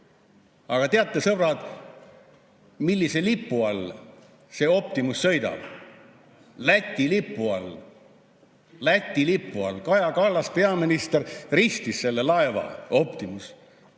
Aga teate, sõbrad, kelle lipu all Optimus sõidab? Läti lipu all. Läti lipu all! Kaja Kallas, peaminister, ristis laeva Optimus